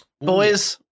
Boys